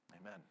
Amen